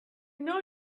know